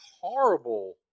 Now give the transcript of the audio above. horrible